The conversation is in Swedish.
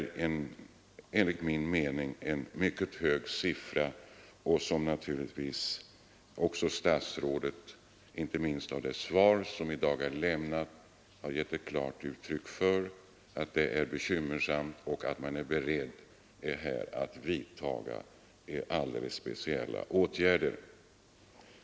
Detta är enligt min mening mycket stora tal, och statsrådet har ju också i interpellationssvaret i dag klart deklarerat att ett sådant underskott är bekymmersamt och att han är beredd att vidta speciella åtgärder.